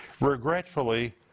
regretfully